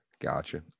Gotcha